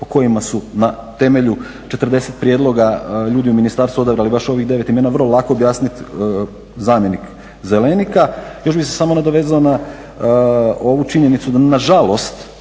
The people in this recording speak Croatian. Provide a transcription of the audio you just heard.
o kojima su na temelju 40 prijedloga ljudi u ministarstvu odabrali baš ovi 9 imena, vrlo lako objasnit zamjenik Zelenika. Još bih se samo nadovezao na ovu činjenicu da nažalost